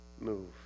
move